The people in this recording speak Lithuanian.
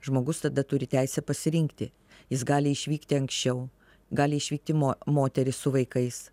žmogus tada turi teisę pasirinkti jis gali išvykti anksčiau gali išvykti moterys su vaikais